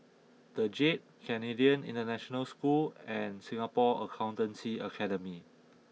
The Jade Canadian International School and Singapore Accountancy Academy